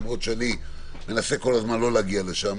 למרות שאני מנסה כל הזמן לא להגיע לשם,